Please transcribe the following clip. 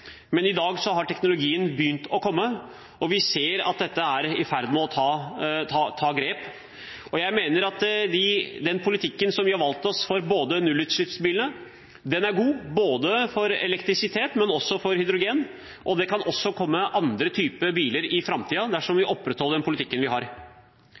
komme, og vi ser at dette er i ferd med å ta grep. Jeg mener at den politikken som vi har valgt oss for nullutslippsbilene, er god for elektrisitet, men også for hydrogen, og det kan komme andre typer biler i framtiden dersom vi opprettholder den politikken vi har.